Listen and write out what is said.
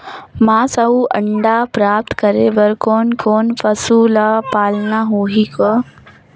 मांस अउ अंडा प्राप्त करे बर कोन कोन पशु ल पालना होही ग?